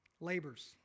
labors